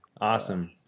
Awesome